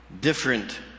Different